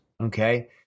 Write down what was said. Okay